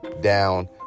down